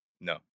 No